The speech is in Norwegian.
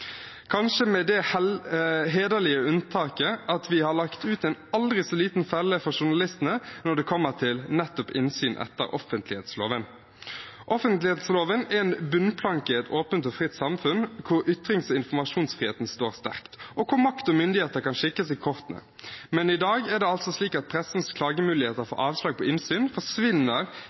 kanskje med det hederlige unntaket at vi har lagt ut en aldri så liten felle for journalistene når det gjelder nettopp innsyn etter offentlighetsloven. Offentlighetsloven er en bunnplanke i et åpent og fritt samfunn, hvor ytrings- og informasjonsfriheten står sterkt, og hvor makt og myndigheter kan kikkes i kortene. Men i dag er det altså slik at pressens klagemuligheter for avslag på innsyn forsvinner